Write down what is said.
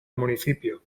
municipio